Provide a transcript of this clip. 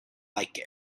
like